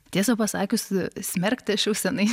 tiesa pasakius smerkti aš jau seniai